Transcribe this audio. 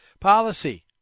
policy